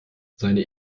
seine